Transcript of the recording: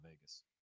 Vegas